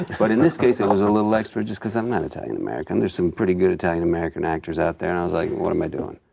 but in this case it was a little extra just because i'm not italian-american, there's some pretty good italian-american actors out there and i was like, what am i doing?